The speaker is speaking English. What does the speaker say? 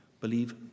Believe